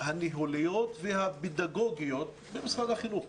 הניהוליות והפדגוגיות ממשרד החינוך.